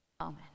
Amen